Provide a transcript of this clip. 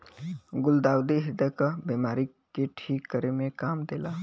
गुलदाउदी ह्रदय क बिमारी के ठीक करे में काम देला